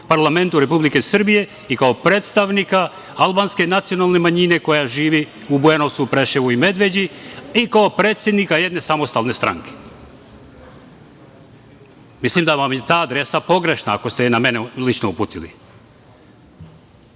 parlamentu Republike Srbije i kao predstavnika albanske nacionalne manjine koja živi u Bujanovcu, Preševu i Medveđi i kao predsednika jedne samostalne stranke? Mislim da vam je ta adresa pogrešna ako ste je na mene lično uputili. Kažete